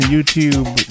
YouTube